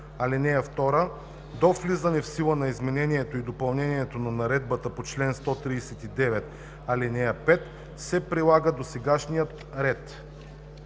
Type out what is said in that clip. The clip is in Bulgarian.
сила. (2) До влизане в сила на изменението и допълнението на наредбата по чл. 139, ал. 5 се прилага досегашният ред.“